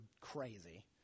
crazy